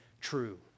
true